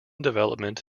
development